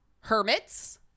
hermits